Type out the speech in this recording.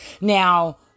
Now